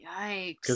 Yikes